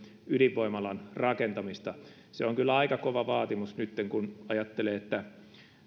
ydinvoimalan rakentamista se on kyllä aika kova vaatimus nytten kun ajattelee että